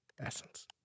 essence